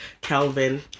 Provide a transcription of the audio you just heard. Kelvin